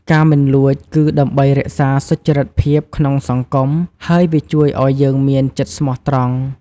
ការមិនលួច គឺដើម្បីរក្សាសុចរិតភាពក្នុងសង្គម ហើយវាជួយឲ្យយើងមានចិត្តស្មោះត្រង់។